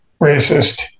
racist